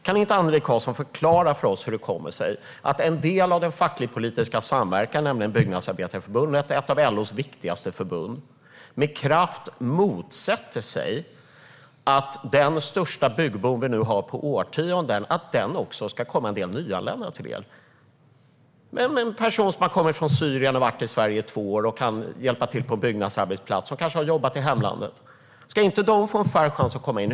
Kan inte Annelie Karlsson förklara för oss hur det kommer sig att en del av den facklig-politiska samverkan, nämligen Byggnadsarbetareförbundet, som är ett av LO:s viktigaste förbund, med kraft motsätter sig att den största byggboom vi har sett på årtionden också ska komma en del nyanlända till del? Tänk er en person som har kommit från Syrien och har varit i Sverige i två år och kan hjälpa till på en byggnadsarbetsplats och som kanske har jobbat med detta i hemlandet. Ska inte en sådan person få en fair chans att komma in?